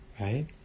right